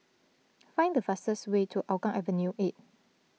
find the fastest way to Hougang Avenue eight